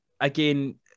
again